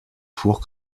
four